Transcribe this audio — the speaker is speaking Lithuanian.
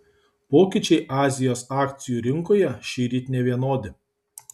pokyčiai azijos akcijų rinkoje šįryt nevienodi